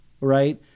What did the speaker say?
right